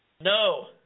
No